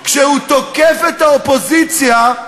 כשהוא תוקף את האופוזיציה,